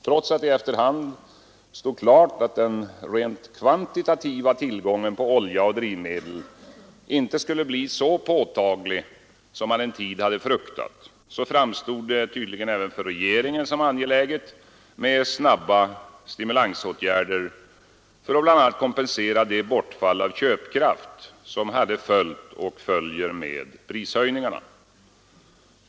Trots att det efter hand stod klart att den rent kvantitativa minskningen av olja och drivmedel inte skulle bli så påtaglig som man en tid hade fruktat, tedde det sig tydligen även för regeringen som angeläget med snabba stimulansåtgärder för att bl.a. kompensera det bortfall av köpkraft som hade följt med prishöjningarna.